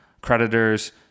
creditors